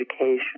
education